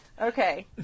Okay